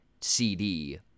CD